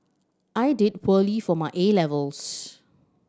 I did poorly for my A levels